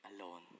alone